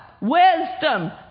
wisdom